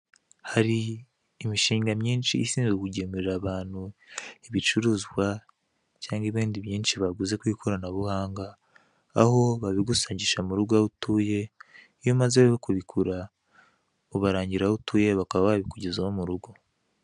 Hari imishinga myinshi ishinzwe kugemurira abantu ibicuruzwa cyangwa ibindi byinshi baguze ku ikoranabuhanga, aho babigusangisha mu rugo aho utuye. Iyo umaze rero kubigura ubarangira aho utuye bakaba babikugezaho mu rugo.